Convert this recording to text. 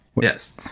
Yes